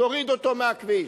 תוריד אותו מהכביש.